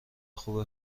خوبه